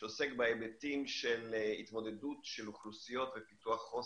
שעוסק בהיבטים של התמודדות של אוכלוסיות ופיתוח חוסן,